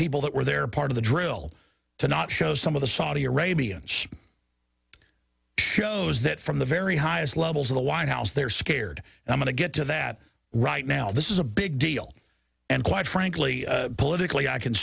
people that were there part of the drill to not show some of the saudi arabians shows that from the very highest levels of the white house they're scared i'm going to get to that right now this is a big deal and quite frankly politically i can